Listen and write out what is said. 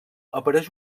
apareix